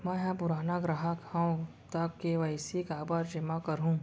मैं ह पुराना ग्राहक हव त के.वाई.सी काबर जेमा करहुं?